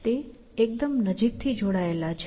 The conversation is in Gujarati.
તે એકદમ નજીકથી જોડાયેલા છે